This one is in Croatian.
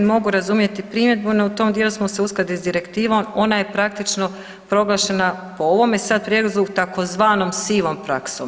Mogu razumjeti primjedbu, no u tom dijelu smo se uskladili s direktivom, ona je praktično proglašena po ovome sad prijedlogu tzv. sivom praksom.